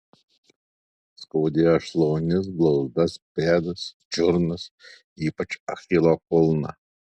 skaudėjo šlaunis blauzdas pėdas čiurnas ypač achilo kulną